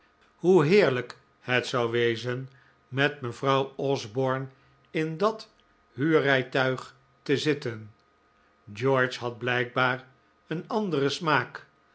hoe heerlijk het zou wezen met mevrouw osborne in dat huurrijtuig te zitten george had blijkbaar een anderen smaak